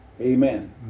Amen